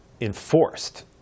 enforced